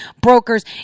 brokers